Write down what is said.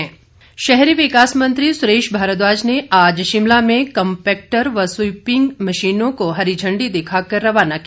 सुरेश भारद्वाज शहरी विकास मंत्री सुरेश भारद्वाज ने आज शिमला में कंपैक्टर व स्वीपिंग मशीनों को हरी झंडी दिखाकर रवाना किया